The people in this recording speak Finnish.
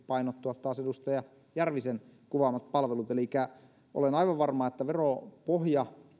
painottua taas edustaja järvisen kuvaamat palvelut elikkä olen aivan varma että veropohja